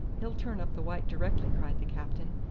he'll turn up the white directly, cried the captain.